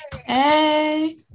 Hey